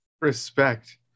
Respect